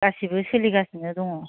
गासिबो सोलिगासिनो दङ